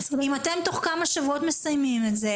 אם אתם בתוך כמה שבועות תסיימו את זה